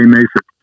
Mason